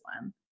one